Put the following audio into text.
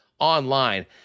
online